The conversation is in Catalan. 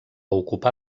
ocupar